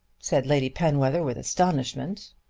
said lady penwether with astonishment.